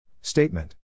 Statement